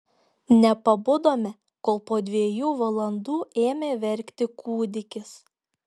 nepabudome kol po dviejų valandų ėmė verkti kūdikis